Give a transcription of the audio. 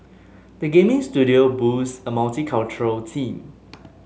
the gaming studio boasts a multicultural team